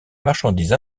marchandise